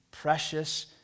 Precious